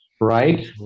right